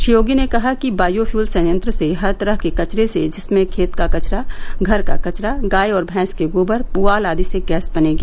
श्री योगी कहा कि bio fuel संयंत्र से हर तरह के कचरे से जिसमें खेत का कचरा घर का कचरा गाय और भैंस के गोवर पुआल आदि से गैस बनेगी